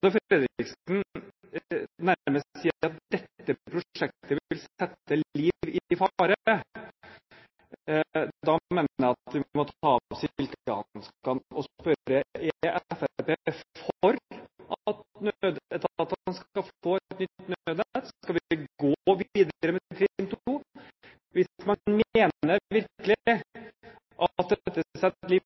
sier at dette prosjektet nærmest vil sette liv i fare, mener jeg at vi må ta av silkehanskene og spørre: Er Fremskrittspartiet for at nødetatene skal få et nytt nødnett? Skal vi gå videre med trinn 2? Hvis man virkelig mener at dette setter liv